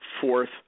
fourth